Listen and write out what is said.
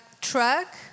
truck